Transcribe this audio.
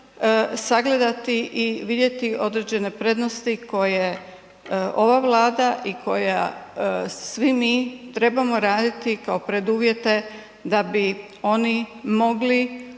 sagledati i vidjeti određene prednosti koje ova Vlada i koji svi mi trebamo raditi kao preduvjete da bi oni mogli ovdje